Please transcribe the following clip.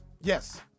Yes